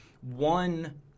one